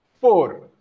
four